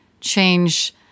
change –